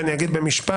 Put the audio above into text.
ואני אגיד במשפט,